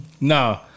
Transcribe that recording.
No